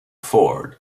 ford